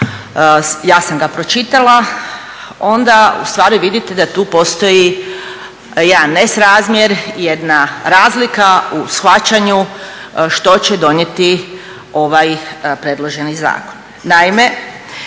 ja sam ga pročitala, onda ustvari vidite da tu postoji jedan nesrazmjer, jedna razlika u shvaćanju što će donijeti ovaj predloženi zakon.